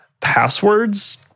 passwords